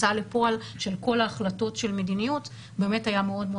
הוצאה לפועל של כל ההחלטות של מדיניות באמת היה מאוד מאוד